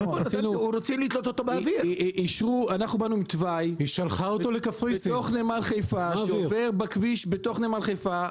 אנחנו באנו עם תוואי בתוך נמל חיפה שעובר בכביש בנמל חיפה.